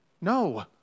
No